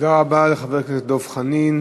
תודה רבה לחבר הכנסת דב חנין.